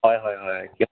হয় হয় হয় এতিয়া